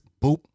boop